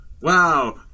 Wow